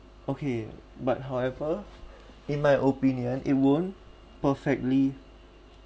okay but however in my opinion it won't perfectly